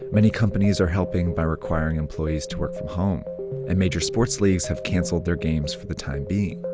many companies are helping by requiring employees to work from home and major sports leagues have cancelled their games for the time being.